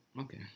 Okay